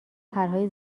پرهای